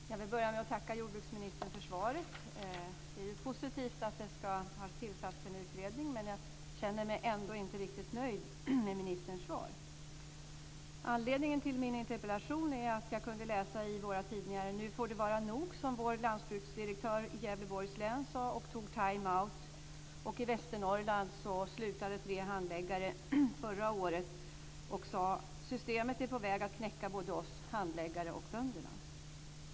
Herr talman! Jag vill börja med att tacka jordbruksministern för svaret. Det är positivt att det har tillsatts en utredning, men jag känner mig ändå inte riktigt nöjd med ministerns svar. Anledningen till min interpellation är att jag kunde läsa i våra tidningar: Nu får det vara nog, som vår lantbruksdirektör i Gävleborgs län sade och tog time out. Och i Västernorrland slutade tre handläggare förra året och sade: Systemet är på väg att knäcka både oss handläggare och bönderna.